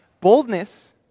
Boldness